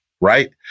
right